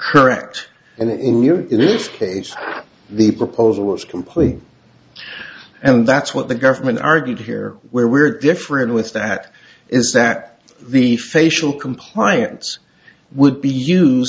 correct and in this case the proposal was complete and that's what the government argued here where we're different with that is that the facial compliance would be use